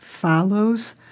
follows